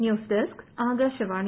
news desk Akashvani